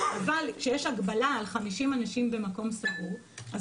אבל כשיש הגבלה על 50 אנשים במקום סגור אז